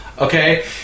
Okay